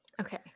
Okay